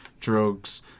drugs